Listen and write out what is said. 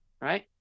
right